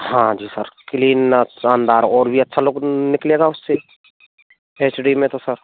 हाँ जी sir clean और शानदार और भी अच्छा लुक निकलेगा उससे एच डी में तो सर